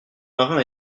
marins